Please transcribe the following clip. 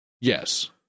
yes